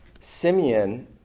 Simeon